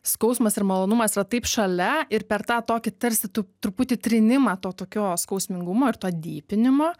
skausmas ir malonumas yra taip šalia ir per tą tokį tarsi tu truputį trinimą to tokio skausmingumo ir to dypinimo